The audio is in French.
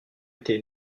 été